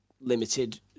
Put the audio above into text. limited